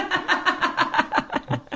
a